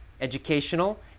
educational